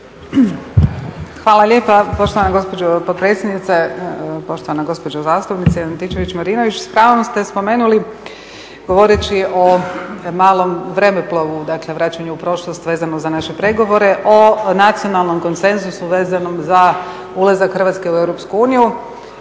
Hvala lijepa poštovana gospođo potpredsjednice, poštovana gospođo zastupnice Antičević-Marinović. S pravom ste spomenuli govoreći o malom vremeplovu, dakle vraćanju u prošlost vezano za naše pregovore o nacionalnom konsenzusu vezanom za ulazak Hrvatske u EU i